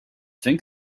think